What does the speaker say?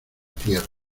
tierra